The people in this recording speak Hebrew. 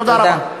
תודה רבה.